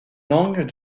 langue